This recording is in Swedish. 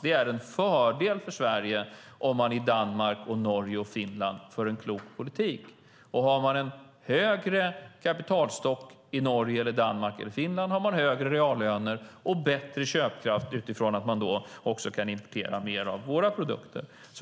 Det är en fördel för Sverige om man i Danmark, Norge och Finland för en klok politik. Har man en högre kapitalstock i Norge, Danmark eller Finland har man högre reallöner och bättre köpkraft utifrån att man då också kan importera mer av våra produkter.